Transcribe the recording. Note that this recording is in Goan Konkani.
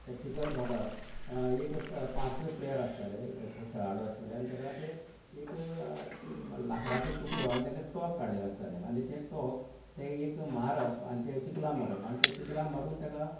त्या चिकल भागाक एक पांच स प्लेयर आसताले खे खेळाडो आसताले आनी तेका ते एक लाकडाचो तुकडो आनी तेका टोक काडलें आसतालें आनी तें टोक तें एक मारप आनी तें चिकला मारप आनी तें चिकलान मारून तेका